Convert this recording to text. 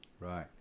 Right